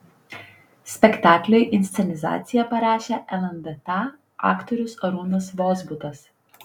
spektakliui inscenizaciją parašė lndt aktorius arūnas vozbutas